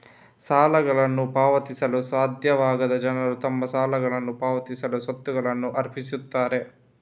ಸಾಲಗಳನ್ನು ಪಾವತಿಸಲು ಸಾಧ್ಯವಾಗದ ಜನರು ತಮ್ಮ ಸಾಲಗಳನ್ನ ಪಾವತಿಸಲು ಸ್ವತ್ತುಗಳನ್ನ ಅರ್ಪಿಸುತ್ತಾರೆ